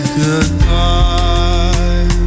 goodbye